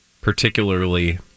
particularly